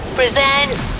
presents